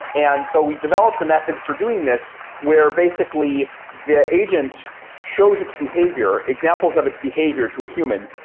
and so we developed a method for doing this, where basically the agent shows its behavior, examples of its behavior to a human,